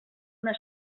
una